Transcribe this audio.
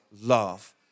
love